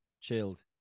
chilled